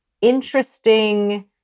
interesting